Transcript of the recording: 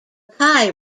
pie